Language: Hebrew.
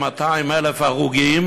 עם 200,000 הרוגים